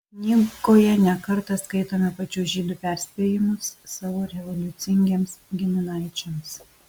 knygoje ne kartą skaitome pačių žydų perspėjimus savo revoliucingiems giminaičiams